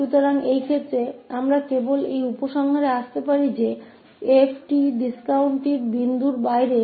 तो इस मामले में हम केवल यह निष्कर्ष निकाल सकते हैं कि f𝑡 g𝑡 के बराबर होगा जो कि discontinuities के बिंदु के बाहर है